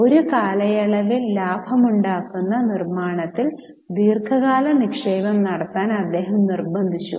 ഒരു കാലയളവിൽ ലാഭമുണ്ടാക്കുന്ന നിർമാണത്തിൽ ദീർഘകാല നിക്ഷേപം നടത്താൻ അദ്ദേഹം നിർബന്ധിച്ചു